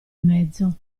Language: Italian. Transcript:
mezzo